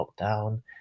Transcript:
lockdown